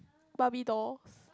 barbie dolls